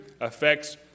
affects